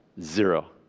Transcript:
Zero